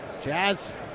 Jazz